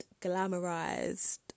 glamorized